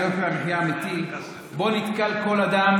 על יוקר המחיה האמיתי שבו נתקל כל אדם